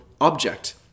object